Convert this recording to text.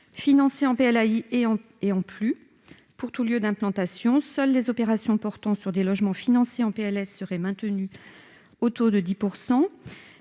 financés en PLAI et PLUS, pour tout lieu d'implantation. Seules les opérations portant sur des logements financés en prêt locatif social (PLS) seraient maintenues au taux de 10 %.